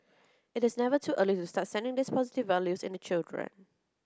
it is never too early to start seeding these positive values in the children